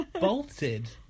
bolted